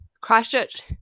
Christchurch